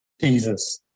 Jesus